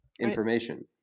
information